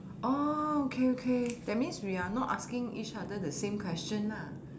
oh okay okay that means we are not asking each other the same question nah